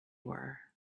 were